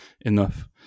enough